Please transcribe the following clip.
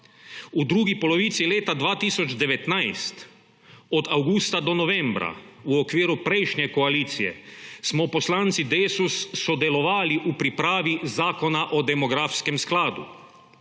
V drugi polovici leta 2019, od avgusta do novembra, v okviru prejšnje koalicije, smo poslanci Desusa sodelovali pri pripravi zakona o demografskem skladu.